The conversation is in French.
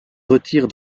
retire